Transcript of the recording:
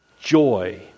joy